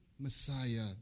Messiah